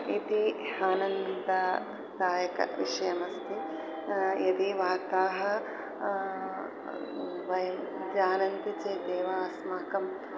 इति आनन्ददायकविषयः अस्ति यदि वार्ताः वयं जानन्ति चेदेव अस्माकं